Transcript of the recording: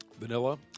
vanilla